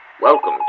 Welcome